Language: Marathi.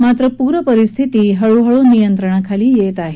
मात्र पूरपरिस्थिती हळूहळू नियंत्रणाखाली येत आहे